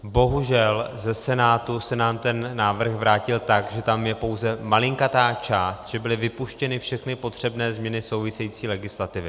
Bohužel ze Senátu se nám ten návrh vrátil tak, že tam je pouze malinkatá část, že byly vypuštěny všechny potřebné změny související legislativy.